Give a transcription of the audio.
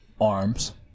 arms